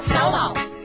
Solo